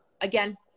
again